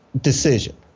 decision